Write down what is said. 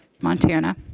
Montana